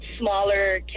smaller